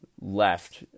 left